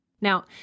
Now